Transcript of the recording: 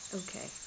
okay